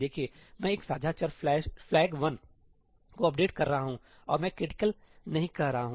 देखिए मैं एक साझा चर फ्लैग 1 को अपडेट कर रहा हूं और मैं क्रिटिकल'critical' नहीं कह रहा हूं